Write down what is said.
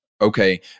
Okay